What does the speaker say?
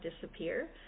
disappear